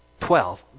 Twelve